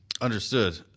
Understood